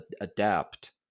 adapt